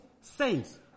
saints